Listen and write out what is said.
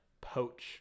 poach